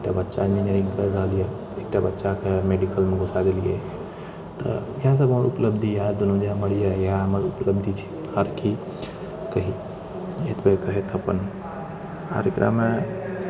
एकटा बच्चा इन्जिनियरिंग करि रहल यहऽ एकटा बच्चाके मेडिकल मे घुसा देलियै तऽ इएह सभ हमर उपलब्धि हैत इएह दुनू पढ़ि जाइ इएह हमर उपलब्धि छी आर कि कहि अतबे कहैके अपन आर एकरामे